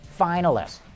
finalists